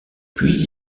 puis